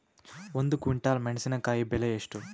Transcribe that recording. ಒಂದು ಕ್ವಿಂಟಾಲ್ ಮೆಣಸಿನಕಾಯಿ ಬೆಲೆ ಎಷ್ಟು?